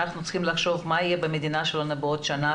אנחנו צריכים לחשוב מה יהיה במדינה שלנו בעוד שנה,